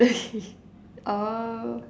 orh